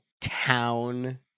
town